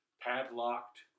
padlocked